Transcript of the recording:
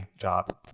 job